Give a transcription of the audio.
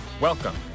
welcome